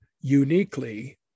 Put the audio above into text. uniquely